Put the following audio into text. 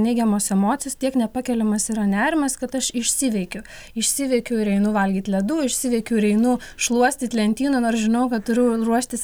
neigiamos emocijos tiek nepakeliamas yra nerimas kad aš išsiveikiu išsiveikiu ir einu valgyt ledų išsiveikiu ir einu šluostyt lentynų nors žinojau kad turiu ruoštis